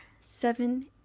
seven